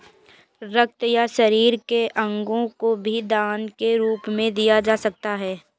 रक्त या शरीर के अंगों को भी दान के रूप में दिया जा सकता है